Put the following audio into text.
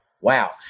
wow